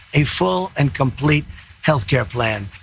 a full and complete healthcare plan.